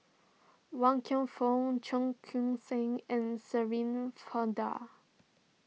Wan Kam Fook Cheong Koon Seng and Shirin Fozdar